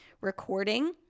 recording